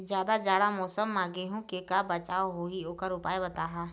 जादा जाड़ा मौसम म गेहूं के का बचाव होही ओकर उपाय बताहा?